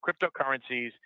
cryptocurrencies